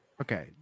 Okay